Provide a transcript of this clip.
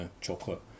chocolate